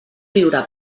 viure